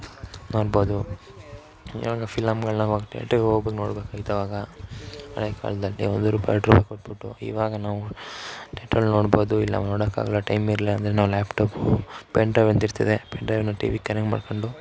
ನೋಡ್ಬೋದು ಇವಾಗ ಫಿಲಮ್ಗಳನ್ನ ಹೋಗಿ ತಿಯೇಟ್ರಿಗೆ ಹೋಗು ನೋಡ್ಬೇಕಾಗಿತ್ತು ಅವಾಗ ಹಳೆ ಕಾಲದಲ್ಲಿ ಒಂದು ರೂಪಾಯಿ ಕೊಟ್ಬಿಟ್ಟು ಇವಾಗ ನಾವು ತಿಯೇಟ್ರಲ್ಲಿ ನೋಡ್ಬೋದು ಇಲ್ಲ ನೋಡೋಕ್ಕಾಗಲ್ಲ ಟೈಮ್ ಇರಲಿಲ್ಲ ಅಂದರೆ ನಾವು ಲ್ಯಾಪ್ ಟಾಪು ಪೆನ್ಡ್ರೈವ್ ಅಂತ ಇರ್ತದೆ ಪೆನ್ಡ್ರೈವನ್ನು ಟಿವಿ ಕನೆಕ್ಟ್ ಮಾಡ್ಕೊಂಡು